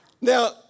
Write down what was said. Now